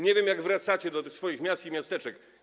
Nie wiem, jak wracacie do swoich miast i miasteczek.